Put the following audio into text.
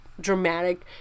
dramatic